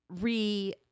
re